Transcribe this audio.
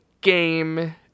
game